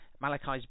Malachi's